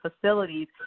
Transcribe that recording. facilities